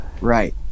Right